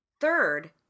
third